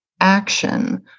action